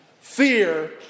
Fear